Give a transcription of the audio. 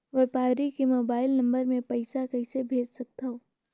व्यापारी के mobile number मे पईसा कइसे भेज सकथव?